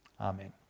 Amen